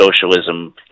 socialism